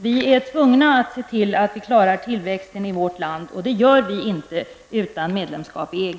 Vi är tvungna att se till att vi klarar tillväxten i vårt land, och det gör vi inte utan medlemskap i EG.